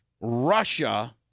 Russia